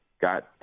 got